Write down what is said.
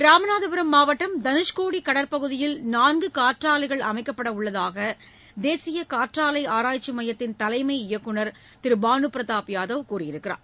ராமநாதபுரம் மாவட்டம் தனுஷ்கோடி கடற்பகுதியில் நான்கு காற்றாலைகள் அமைக்கப்படவுள்ளதாக தேசிய காற்றாலை ஆராய்ச்சி மையத்தின் தலைமை இயக்குநர் திரு பானு பிரதாப் யாதவ் கூறியுள்ளார்